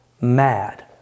MAD